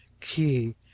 key